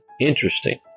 Interesting